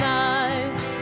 nice